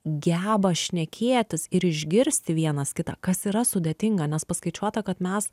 geba šnekėtis ir išgirsti vienas kitą kas yra sudėtinga nes paskaičiuota kad mes